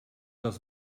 das